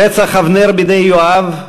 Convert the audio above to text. רצח אבנר בידי יואב,